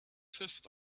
fifth